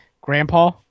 Grandpa